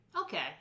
okay